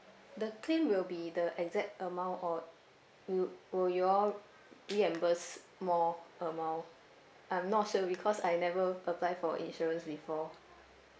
the claim will be the exact amount or will will you all reimburse more amount I'm not sure because I never apply for insurance before